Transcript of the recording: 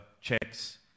checks